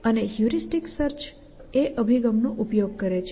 અને heuristic search એ અભિગમનો ઉપયોગ કરે છે